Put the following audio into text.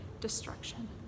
destruction